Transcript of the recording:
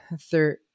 third